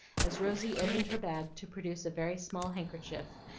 as rosy opened her bag to produce a very small handkerchief,